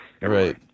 Right